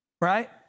Right